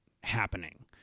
happening